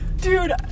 Dude